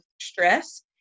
stress